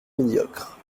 médiocre